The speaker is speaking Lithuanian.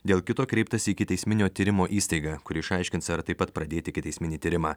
dėl kito kreiptasi į ikiteisminio tyrimo įstaigą kuri išaiškins ar taip pat pradėti ikiteisminį tyrimą